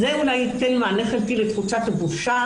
זה אולי ייתן מענה חלקי לתחושת הבושה